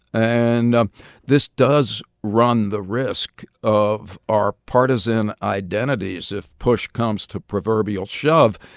and um this does run the risk of our partisan identities, if push comes to proverbial shove,